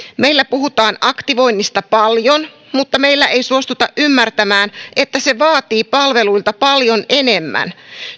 meillä puhutaan aktivoinnista paljon mutta meillä ei suostuta ymmärtämään että se vaatii palveluilta paljon enemmän